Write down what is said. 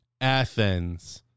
Athens